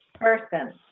person